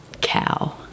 cow